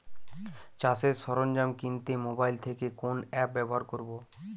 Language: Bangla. চাষের সরঞ্জাম কিনতে মোবাইল থেকে কোন অ্যাপ ব্যাবহার করব?